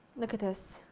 look at this!